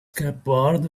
cupboard